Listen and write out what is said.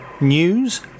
news